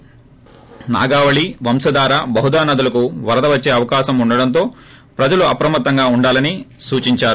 జిల్లాలో నాగావళి వంశధార బాహుదా నదులకు వరద వచ్చే అవకాశం ఉండడంతో ప్రజలు అప్రమత్తంగా ఉండాలని సూచించారు